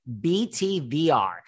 BTVR